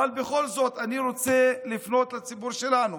אבל בכל זאת, אני רוצה לפנות לציבור שלנו